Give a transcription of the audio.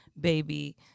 baby